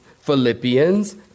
Philippians